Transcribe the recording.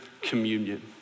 communion